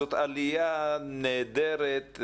זאת עלייה נהדרת,